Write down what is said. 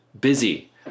busy